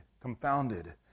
Confounded